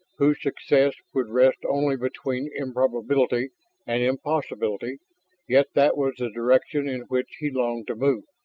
whose success could rest only between improbability and impossibility yet that was the direction in which he longed to move.